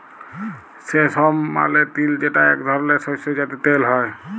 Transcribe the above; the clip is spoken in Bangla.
সেসম মালে তিল যেটা এক ধরলের শস্য যাতে তেল হ্যয়ে